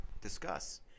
discuss